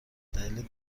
دلیل